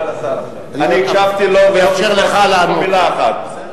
אני הקשבתי לו ולא פספסתי מלה אחת.